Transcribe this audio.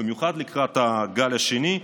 במיוחד לקראת הגל השני.